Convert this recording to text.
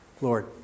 lord